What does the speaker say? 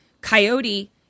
Coyote